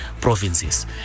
provinces